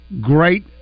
great